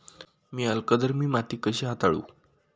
मी अल्कधर्मी माती कशी हाताळू?